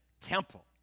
temple